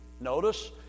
notice